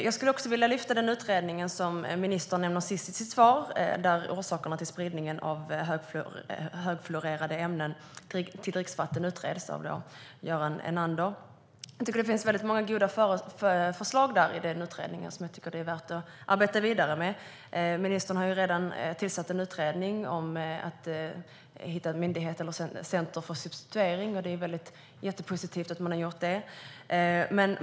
Jag skulle också vilja lyfta fram den utredning som ministern nämner sist i sitt svar, där orsakerna till spridningen av högfluorerade ämnen till dricksvatten utreds av Göran Enander. Jag tycker att det finns många goda förslag i den utredningen som det är värt att arbeta vidare med. Ministern har redan tillsatt en utredning om att hitta en myndighet eller ett center för substituering, och det är jättepositivt att man har gjort det.